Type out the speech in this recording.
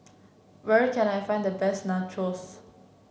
where can I find the best Nachos